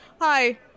Hi